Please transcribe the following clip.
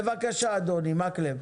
בבקשה, אדוני, מקלב.